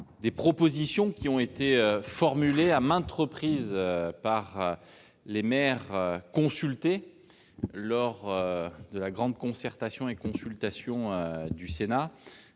des propositions qui ont été formulées à maintes reprises par les maires consultés lors de la grande concertation et consultation du Sénat